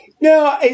No